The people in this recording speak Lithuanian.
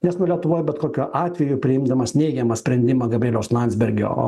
nes nu lietuvoj bet kokiu atveju priimdamas neigiamą sprendimą gabrieliaus landsbergio